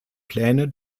pläne